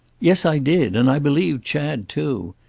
yes i did and i believed chad too.